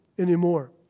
Anymore